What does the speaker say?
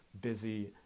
busy